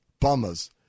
bummers